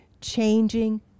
changing